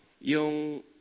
yung